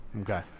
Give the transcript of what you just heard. Okay